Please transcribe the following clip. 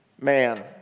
man